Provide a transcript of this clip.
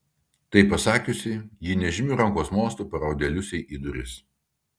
tai pasakiusi ji nežymiu rankos mostu parodė liusei į duris